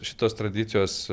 šitos tradicijos